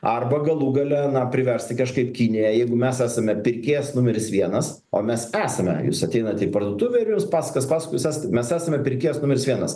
arba galų gale na priversti kažkaip kiniją jeigu mes esame pirkėjas numeris vienas o mes esame jūs ateinate į parduotuvę ir jums pasakas pasakoja jūs esat mes esame pirkėjas numeris vienas